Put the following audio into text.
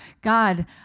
God